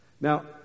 now